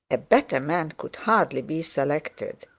a better man could hardly be selected.